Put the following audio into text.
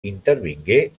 intervingué